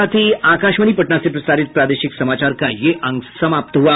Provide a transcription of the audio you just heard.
इसके साथ ही आकाशवाणी पटना से प्रसारित प्रादेशिक समाचार का ये अंक समाप्त हुआ